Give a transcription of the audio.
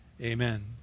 Amen